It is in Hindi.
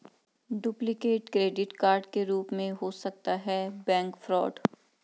डुप्लीकेट क्रेडिट कार्ड के रूप में हो सकता है बैंक फ्रॉड